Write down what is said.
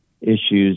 issues